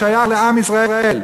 שייך לעם ישראל.